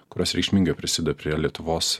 kurios reikšmingai prisideda prie lietuvos